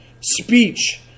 speech